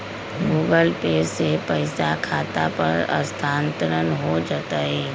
Google Pay से पईसा खाता पर स्थानानंतर हो जतई?